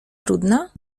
brudna